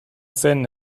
zen